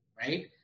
Right